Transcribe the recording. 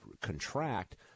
contract